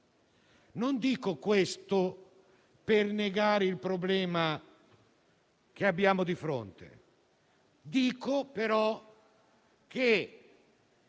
Non dico questo per negare il problema che abbiamo di fronte; dico, però - e